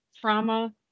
trauma